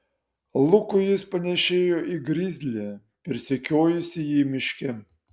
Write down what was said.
lukui jis panėšėjo į grizlį persekiojusį jį miške